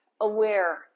aware